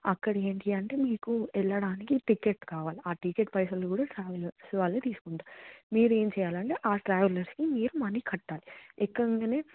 అక్కడ ఏంటి అంటే మీకు వెళ్ళడానికి టికెట్ కావాలి ఆ టికెట్ పైసలు కూడా ట్రావెలర్స్ వాళ్ళే తీసుకుంటారు మీరు ఏమి చేయాలంటే ఆ ట్రావెలర్స్ కి మీరు మనీ కట్టాలి ఎక్కగానే